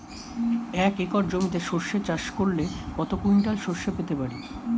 এক একর জমিতে সর্ষে চাষ করলে কত কুইন্টাল সরষে পেতে পারি?